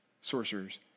sorcerers